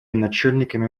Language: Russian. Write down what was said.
начальниками